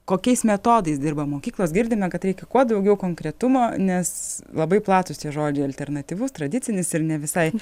kokiais metodais dirba mokyklos girdime kad reikia kuo daugiau konkretumo nes labai platūs tie žodžiai alternatyvus tradicinis ir ne visai